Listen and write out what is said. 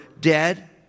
dead